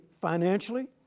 financially